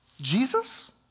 Jesus